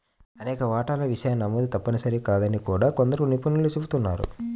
అనేక వాటాల విషయం నమోదు తప్పనిసరి కాదని కూడా కొందరు నిపుణులు చెబుతున్నారు